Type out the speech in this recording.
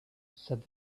said